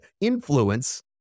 influence